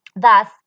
Thus